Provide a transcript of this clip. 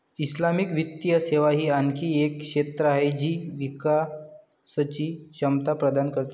Islamic वित्तीय सेवा ही आणखी एक क्षेत्र आहे जी विकासची क्षमता प्रदान करते